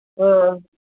अ